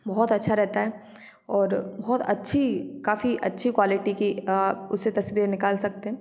बहुत अच्छा रहता है और बहुत अच्छी काफी अच्छी क्वालिटी की आप उससे तस्वीरें निकाल सकते हैं